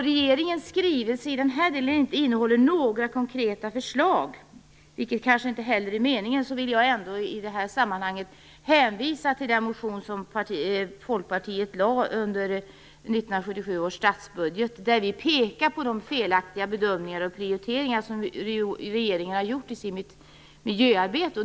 Regeringens skrivelse innehåller inte några konkreta förslag när det gäller den här delen; det är kanske inte heller meningen. Men jag vill ändå hänvisa till den motion som Folkpartiet väckte inför 1997 års statsbudget. Vi pekade på de felaktiga bedömningar och prioriteringar som regeringen har gjort i sitt miljöarbete.